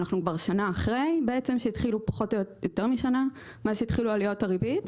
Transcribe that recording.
אנחנו כבר שנה אחרי מאז שהתחילו עליות הריבית,